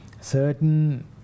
certain